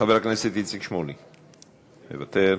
חבר הכנסת איציק שמולי, מוותר.